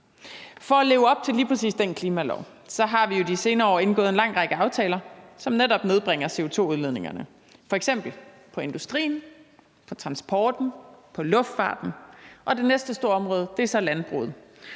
For at leve op til lige præcis den klimalov har vi jo de senere år indgået en lang række aftaler, som netop nedbringer CO2-udledningerne, f.eks. på industrien, på transporten og på luftfarten, og det næste store område er så landbruget.